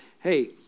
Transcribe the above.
hey